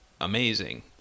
amazing